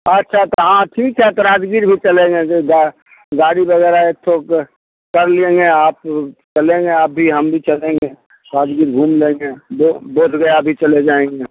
अच्छा तो हाँ ठीक है तो राजगीर भी चलेंगे गाड़ी वगैरह एक ठो कर लेंगे आप चलेंगे आप भी हम भी चलेंगे राजगीर घूम लेंगे बोध बोध गया भी चले जाएँगे